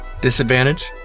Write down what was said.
Disadvantage